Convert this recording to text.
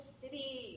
city